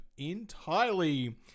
entirely